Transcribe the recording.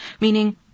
Meaning